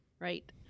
Right